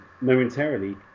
momentarily